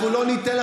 אני אומר גם